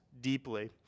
deeply